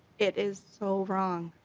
it is so wrong.